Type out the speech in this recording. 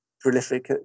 prolific